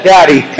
Daddy